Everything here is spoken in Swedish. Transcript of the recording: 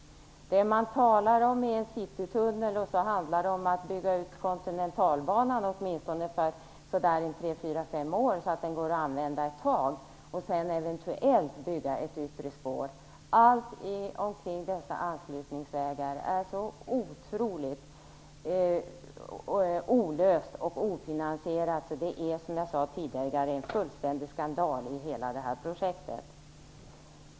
Det man talar om är en citytunnel. Det handlar om att bygga ut kontinentalbanan åtminstone för tre, fyra eller fem år, så att den går att använda ett tag, och sedan eventuellt bygga ett yttre spår. Allt omkring dessa anslutningsvägar är så otroligt olöst och ofinansierat, så det är, som jag sade tidigare, en fullständig skandal i hela detta projekt.